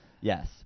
yes